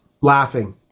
Laughing